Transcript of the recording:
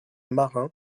marin